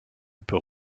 peut